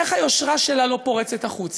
איך היושרה שלה לא פורצת החוצה,